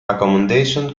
accommodation